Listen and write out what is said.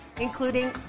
including